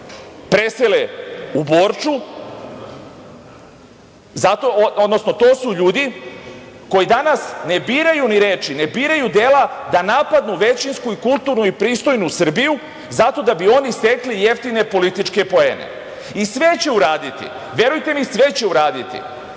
presele u Borču, odnosno to su ljudi koji danas ne biraju ni reči, ne biraju dela da napadnu većinsku i kulturnu i pristojnu Srbiju zato da bi oni stekli jeftine političke poene. Sve će uraditi, verujte mi, sve će uraditi,